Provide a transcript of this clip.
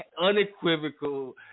unequivocal